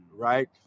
Right